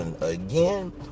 again